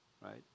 Right